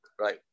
right